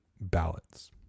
ballots